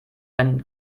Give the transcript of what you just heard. ein